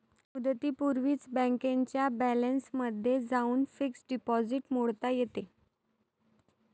मुदतीपूर्वीच बँकेच्या बॅलन्समध्ये जाऊन फिक्स्ड डिपॉझिट मोडता येते